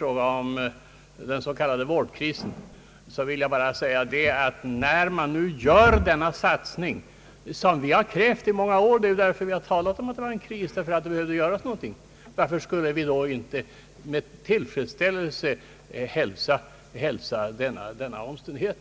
om den s.k. vårdkrisen vill jag, när man nu gör denna satsning — som vi har krävt i många år och då talat om en kris, mot vilken något borde göras — bara fråga, varför inte vi med tillfredsställelse skulle hälsa detta framsteg?